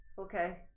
Okay